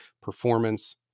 performance